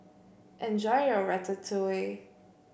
enjoy your Ratatouille